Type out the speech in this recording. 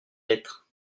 lettre